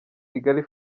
kigali